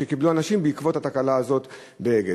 שקיבלו אנשים בעקבות התקלה הזאת ב"אגד".